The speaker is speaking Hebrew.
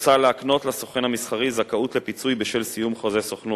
מוצע להקנות לסוכן המסחרי זכאות לפיצוי בשל סיום חוזה סוכנות,